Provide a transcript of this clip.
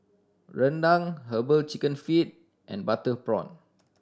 rendang Herbal Chicken Feet and butter prawn